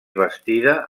bastida